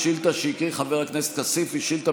השאילתה שהקריא חבר הכנסת כסיף היא שאילתה